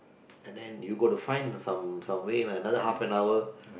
and then you got to find some way another half an hour